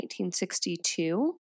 1962